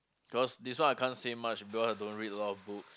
cause this one I can't say much cause I don't read a lot of books